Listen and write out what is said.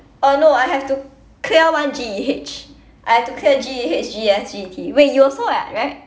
uh no I have to clear one G_E_H I have to clear G_E_H G_E_S G_E_T wait you also [what] right